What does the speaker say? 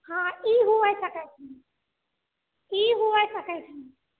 हँ ई हुए सकइ छै